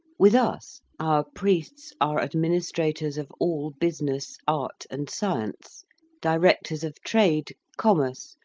with us, our priests are adminis trators of all business, art, and science directors of trade, commerce,